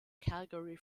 calgary